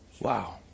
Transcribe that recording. Wow